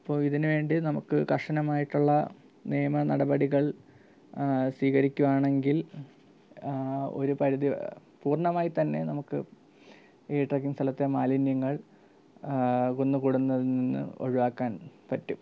അപ്പോൾ ഇതിനുവേണ്ടി നമുക്ക് കർശനമായിട്ടുള്ള നിയമനടപടികൾ സ്വീകരിക്കുവാണെങ്കിൽ ഒരു പരിധി പൂർണമായിത്തന്നെ നമുക്ക് ഈ ട്രക്കിങ്ങ് സ്ഥലത്തെ മാലിന്യങ്ങൾ ഒന്നുകൂടെ ഒന്ന് ഒന്ന് ഒഴിവാക്കാൻ പറ്റും